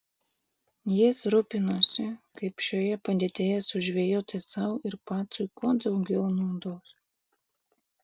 jis rūpinosi kaip šioje padėtyje sužvejoti sau ir pacui kuo daugiau naudos